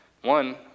One